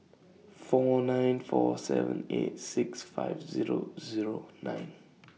four nine four seven eight six five Zero Zero nine